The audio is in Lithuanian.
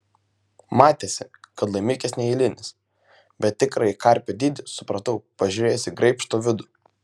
matėsi kad laimikis neeilinis bet tikrąjį karpio dydį supratau pažiūrėjęs į graibšto vidų